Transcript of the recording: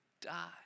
die